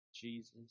Jesus